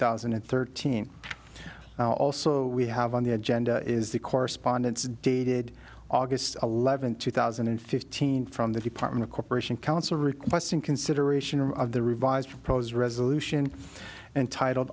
thousand and thirteen also we have on the agenda is the correspondence dated august eleventh two thousand and fifteen from the department of cooperation council requesting consideration or of the revised proposed resolution and titled